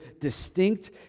distinct